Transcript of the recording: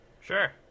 Sure